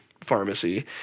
pharmacy